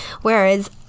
whereas